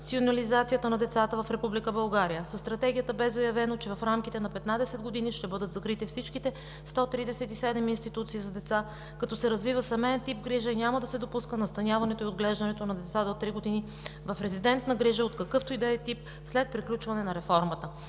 на децата в Република България. Със Стратегията бе заявено, че в рамките на 15 години ще бъдат закрити всичките 137 институции за деца, като се развива семеен тип грижа и няма да се допуска настаняването и отглеждането на деца до 3 години в резидентна грижа от какъвто и да е тип след приключване на реформата.